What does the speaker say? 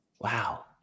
wow